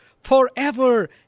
forever